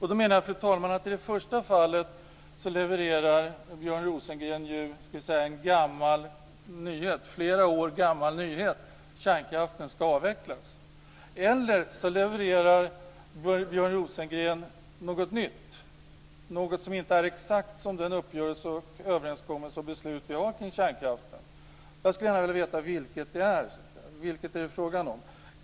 Fru talman! Jag menar att Björn Rosengren antingen levererar en flera år gammal nyhet - kärnkraften skall avvecklas - eller att han levererar något nytt, något som inte är exakt som den uppgörelse, överenskommelse och beslut som vi har kring kärnkraften. Jag skulle gärna vilja veta vilket som det är fråga om.